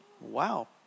Wow